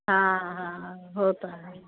हा हा हू त आहे